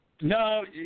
No